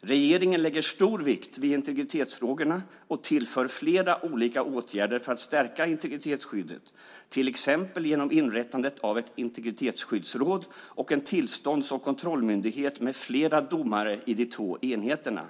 Regeringen lägger stor vikt vid integritetsfrågorna och tillför flera olika åtgärder för att stärka integritetsskyddet, till exempel genom inrättandet av ett integritetsskyddsråd och en tillstånds och kontrollmyndighet med flera domare i de två enheterna.